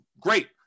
Great